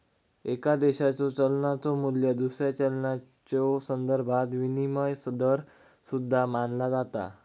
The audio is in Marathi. एका देशाच्यो चलनाचो मू्ल्य दुसऱ्या चलनाच्यो संदर्भात विनिमय दर सुद्धा मानला जाता